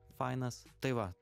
fainas tai va